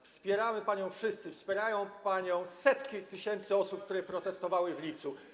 Wspieramy panią wszyscy, wspierają panią setki tysięcy osób, które protestowały w lipcu.